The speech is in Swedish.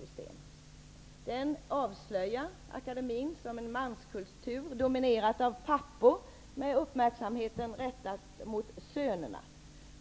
Rapporten avslöjar akademien som manskulturell, dominerad av pappor med uppmärksamheten riktad mot sönerna,